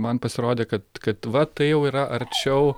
man pasirodė kad kad va tai jau yra arčiau